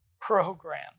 program